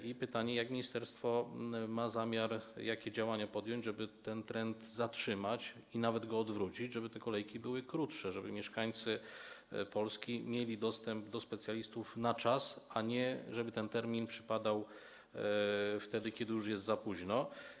I pytanie: Jakie działania ministerstwo ma zamiar podjąć, żeby ten trend zatrzymać i nawet go odwrócić, tak żeby te kolejki były krótsze, żeby mieszkańcy Polski mieli dostęp do specjalistów na czas, a nie żeby ten termin przypadał wtedy, kiedy już jest za późno?